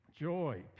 joy